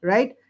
Right